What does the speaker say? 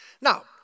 Now